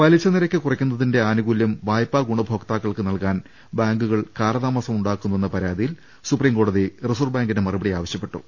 പലിശ നിരക്ക് കുറക്കുന്നതിന്റെ ആനുകൂല്യം വായ്പാ ഗുണ ഭോക്താക്കൾക്ക് നൽകാൻ ബാങ്കുകൾ കാലതാമസം ഉണ്ടാക്കുന്നു വെന്ന പരാതിയിൽ സൂപ്രീം കോടതി റിസർവ് ബാങ്കിന്റെ മറുപടി ആവശ്യപ്പെട്ടു